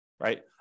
Right